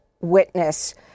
witness